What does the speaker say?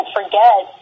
forget